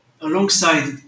alongside